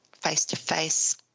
face-to-face